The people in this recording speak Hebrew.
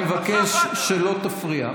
אני מבקש שלא תפריע.